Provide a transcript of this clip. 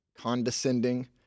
condescending